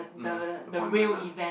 um appointment ah